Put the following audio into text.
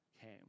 came